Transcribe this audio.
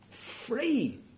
Free